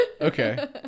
Okay